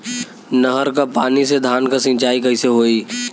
नहर क पानी से धान क सिंचाई कईसे होई?